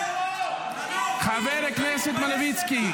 חבר הכנסת מלביצקי.